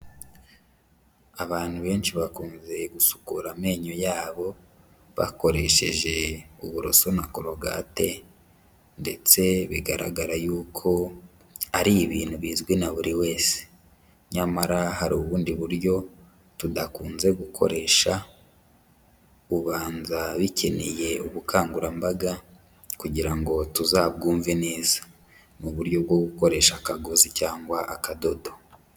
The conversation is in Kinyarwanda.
Abantu benshi bakunze gusukura amenyo yabo bakoresheje uburoso na korogate ndetse bigaragara yuko ari ibintu bizwi na buri wese, nyamara hari ubundi buryo tudakunze gukoresha ubanza bikeneye ubukangurambaga kugira ngo tuzabwumve neza. Ni buryo bwo gukoresha akagozi cyangwa akadodo.